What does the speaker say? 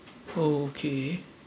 oh okay